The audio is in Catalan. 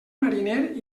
mariner